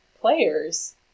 players